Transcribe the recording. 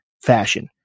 fashion